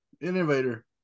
innovator